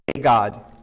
God